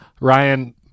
ryan